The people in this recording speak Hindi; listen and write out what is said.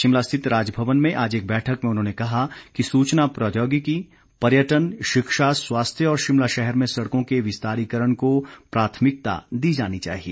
शिमला स्थित राजभवन में आज एक बैठक में उन्होंने कहा कि सुचना प्रौद्योगिकी पर्यटन शिक्षा स्वास्थ्य और शिमला शहर में सड़कों के विस्तारीकरण को प्राथमिकता दी जानी चाहिए